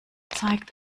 zeigt